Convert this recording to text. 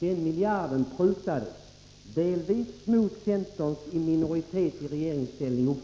Den miljarden prutades — delvis mot centerns uppfattning i minoritet i regeringsställning